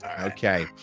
Okay